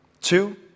Two